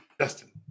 Justin